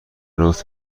لطف